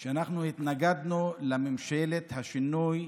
בכך שאנחנו התנגדנו לממשלת השינוי,